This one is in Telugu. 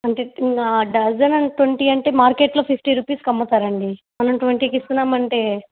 అంటే డజను ట్వంటీ అంటే మార్కెట్లో ఫిఫ్టీ రూపీస్కి అమ్ముతారండీ మనం ట్వంటీకి ఇస్తున్నామంటే